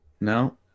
No